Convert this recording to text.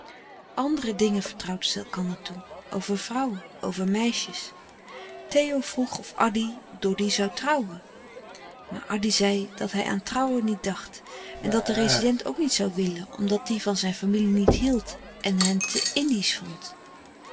andere dingen vertrouwden zij elkander toe over vrouwen over meisjes theo vroeg of addy doddy zoû trouwen maar addy zei dat hij aan trouwen niet dacht en dat de rezident ook niet zoû willen omdat die van zijn familie niet hield en hen te indiesch vond